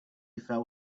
fell